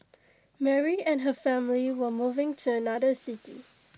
Mary and her family were moving to another city